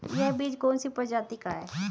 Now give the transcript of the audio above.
यह बीज कौन सी प्रजाति का है?